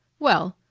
well,